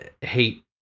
hate